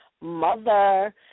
mother